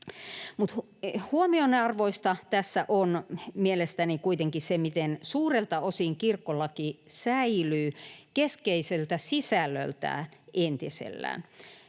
huomionarvoista tässä on mielestäni kuitenkin se, miten suurelta osin kirkkolaki säilyy keskeiseltä sisällöltään entisellään.